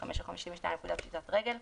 35 או 52 לפקודת פשיטת רגל,